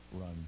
run